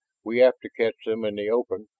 we have to catch them in the open.